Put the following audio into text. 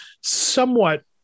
somewhat